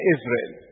Israel